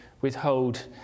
withhold